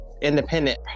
independent